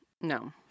No